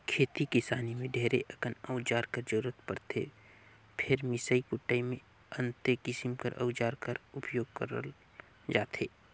खेती किसानी मे ढेरे अकन अउजार कर जरूरत परथे फेर मिसई कुटई मे अन्ते किसिम कर अउजार कर उपियोग करल जाथे